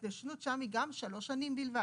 ההתיישנות שם היא גם שלוש שנים בלבד.